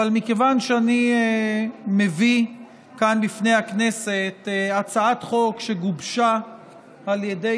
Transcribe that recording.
אבל מכיוון שאני מביא כאן בפני הכנסת הצעת חוק שגובשה על ידי